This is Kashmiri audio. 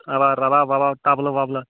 اوا رَباب وَباب طَبلہٕ وَبلہٕ